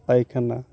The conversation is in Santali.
ᱯᱟᱭᱠᱷᱟᱱᱟ